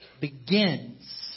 begins